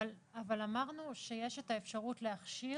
אבל אמרנו שיש את האפשרות להכשיר